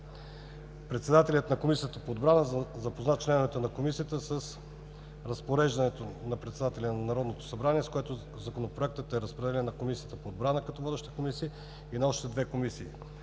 Председателят на Комисията по отбрана запозна членовете на Комисията с разпореждането на Председателя на Народното събрание, с което Законопроектът е разпределен на Комисията по отбрана, като водеща Комисия, и на още две комисии.